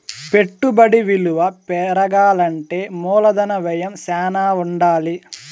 పెట్టుబడి విలువ పెరగాలంటే మూలధన వ్యయం శ్యానా ఉండాలి